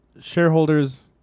Shareholders